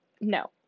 no